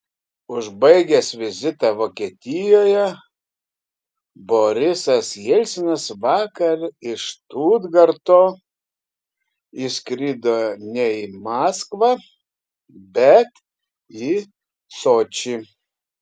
užbaigęs vizitą vokietijoje borisas jelcinas vakar iš štutgarto išskrido ne į maskvą bet į sočį